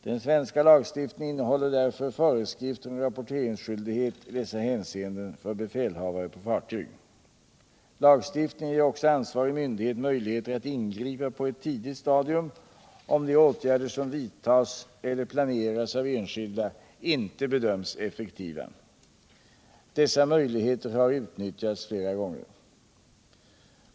Den svenska lagstiftningen innehåller därför föreskrifter om rapporteringsskyldighet i dessa hänseenden för befälhavare på fartyg. Lagstiftningen ger också ansvarig myndighet möjligheter att ingripa på ett tidigt stadium om de åtgärder som vidtas eller planeras av enskilda inte bedöms effektiva. Dessa möjligheter har utnyttjats flera gånger.